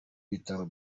bitaro